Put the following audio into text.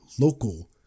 local